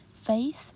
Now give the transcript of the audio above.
faith